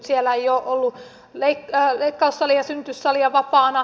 siellä ei ole ollut leikkaussalia synnytyssalia vapaana